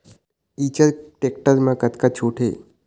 Eicher tractor म कतका छूट हे?